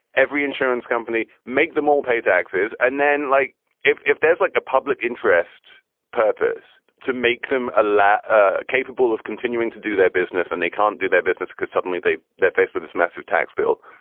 every insurance company. make them all pay taxes. and then like if if there's like a public purpose to make them a lot ah capable of continuing to do their business. and they can't do their business because suddenly they they're faced with this massive tax bill,